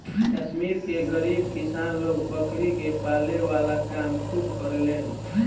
कश्मीर के गरीब किसान लोग बकरी के पाले वाला काम खूब करेलेन